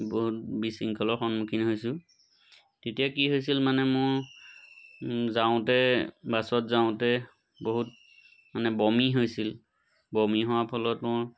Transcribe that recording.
বহুত বিশৃংখলৰ সন্মুখীন হৈছোঁ তেতিয়া কি হৈছিল মানে মোৰ যাওঁতে বাছত যাওঁতে বহুত মানে বমি হৈছিল বমি হোৱাৰ ফলত মোৰ